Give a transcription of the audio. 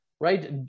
Right